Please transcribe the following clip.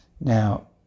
Now